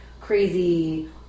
crazy